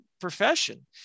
profession